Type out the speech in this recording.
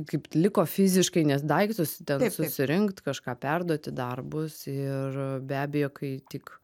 kaip liko fiziškai nes daiktus ten susirinkt kažką perduoti darbus ir be abejo kai tik